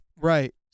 Right